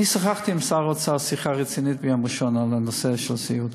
אני שוחחתי עם שר האוצר שיחה רצינית ביום ראשון על נושא הסיעוד.